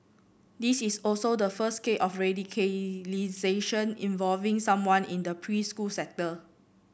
this is also the first case of radicalisation involving someone in the preschool sector